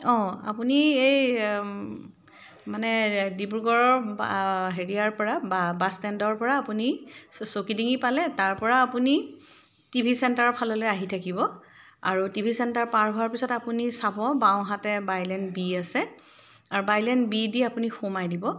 অ' আপুনি এই মানে ডিব্ৰুগড়ৰ হেৰিয়াৰ পৰা বাছষ্টেণ্ডৰ পৰা আপুনি চকীডিঙি পালে তাৰপৰা আপুনি টি ভি চেণ্টাৰৰ ফাললৈ আহি থাকিব আৰু টি ভি চেণ্টাৰ পাৰ হোৱাৰ পিছত আপুনি চাব বাওঁহাতে বাইলেন বি আছে আৰু বাইলেন বি দি আপুনি সোমাই দিব